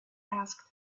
asked